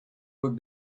would